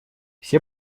все